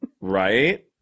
Right